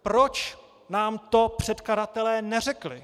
Proč nám to předkladatelé neřekli?